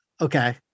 Okay